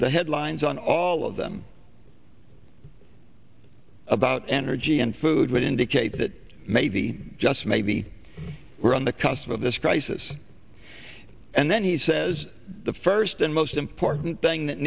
the headlines on all of them about energy and food would indicate that maybe just maybe we're on the cusp of this crisis and then he says the first and most important thing that